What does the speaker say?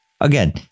again